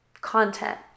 content